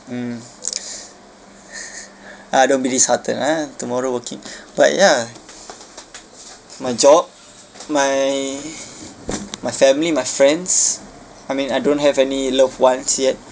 mm ah don't be disheartened ah tomorrow working but ya my job my my family my friends I mean I don't have any loved ones yet